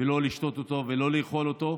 לא לשתות אותו ולא לאכול אותו,